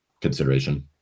consideration